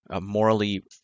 morally